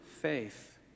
faith